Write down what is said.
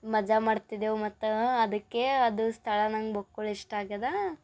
ಮಜಾ ಮಾಡ್ತಿದ್ದೆವು ಮತ್ತು ಅದಕ್ಕೇ ಅದು ಸ್ಥಳ ನಂಗೆ ಬಕ್ಕುಳ್ ಇಷ್ಟ ಆಗ್ಯದ